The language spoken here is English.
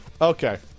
Okay